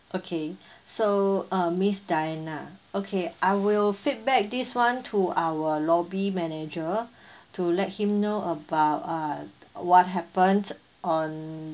okay so uh miss diana okay I will feedback this [one] to our lobby manager to let him know about uh what happened on